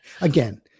again